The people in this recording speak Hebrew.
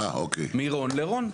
מרון לרון.